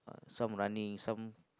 some running some